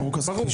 בוודאי.